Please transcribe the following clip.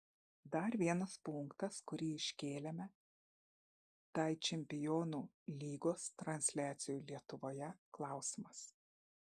dar vienas punktas kurį iškėlėme tai čempionų lygos transliacijų lietuvoje klausimas